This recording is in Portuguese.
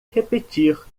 repetir